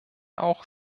auch